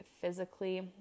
physically